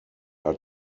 are